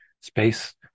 space